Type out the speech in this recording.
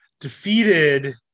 defeated